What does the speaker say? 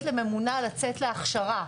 לממונה לצאת להכשרה.